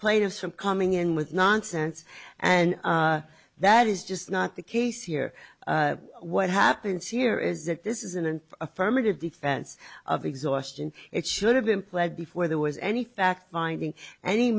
players from coming in with nonsense and that is just not the case here what happens here is that this isn't an affirmative defense of exhaustion it should have been played before there was any fact finding any